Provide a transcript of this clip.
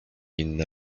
inne